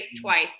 twice